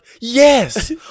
yes